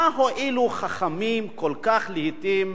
מה הועילו חכמים כל כך, לעתים?